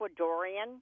Ecuadorian